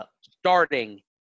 starting